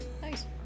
Nice